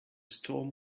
storm